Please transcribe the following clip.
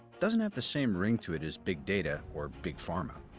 doesn't have the same ring to it as big data, or big pharma,